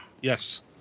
Yes